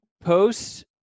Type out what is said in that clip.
posts